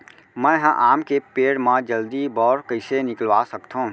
मैं ह आम के पेड़ मा जलदी बौर कइसे निकलवा सकथो?